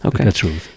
okay